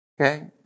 Okay